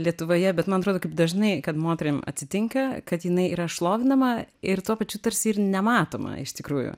lietuvoje bet man atrodo kaip dažnai kad moterim atsitinka kad jinai yra šlovinama ir tuo pačiu tarsi ir nematoma iš tikrųjų